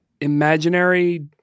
imaginary